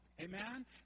Amen